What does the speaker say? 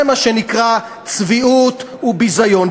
זה מה שנקרא צביעות וביזיון.